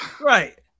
Right